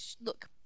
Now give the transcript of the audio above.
look